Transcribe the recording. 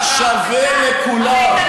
רק שווה לכולם.